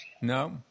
No